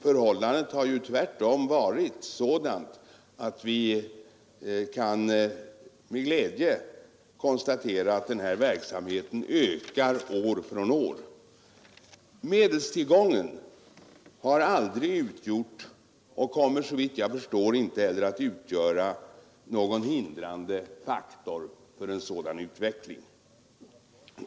Förhållandet har ju tvärtom varit sådant att vi med glädje kan konstatera att denna verksamhet ökar år från år. Medelstillgången har aldrig utgjort och kommer såvitt jag förstår inte heller att utgöra någon hindrande faktor för en sådan utveckling.